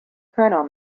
colonel